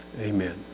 Amen